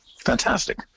Fantastic